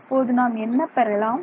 இப்போது நாம் என்ன பெறலாம்